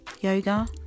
yoga